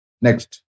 Next